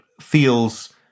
feels